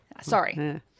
sorry